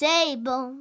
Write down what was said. Table